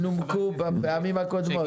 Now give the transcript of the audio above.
נומקו בפעמים הקודמות.